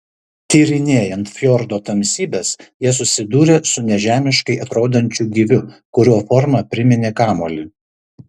tyrinėjant fjordo tamsybes jie susidūrė su nežemiškai atrodančiu gyviu kurio forma priminė kamuolį